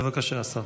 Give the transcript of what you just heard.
בבקשה, השר.